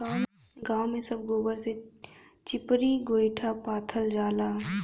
गांव में सब गोबर से चिपरी गोइठा पाथल जाला